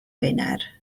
wener